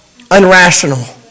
unrational